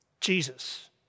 Jesus